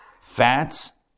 Fats